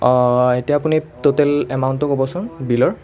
অঁ এতিয়া আপুনি ট'টেল এমাউণ্টটো ক'বচোন বিলৰ